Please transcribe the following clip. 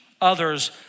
others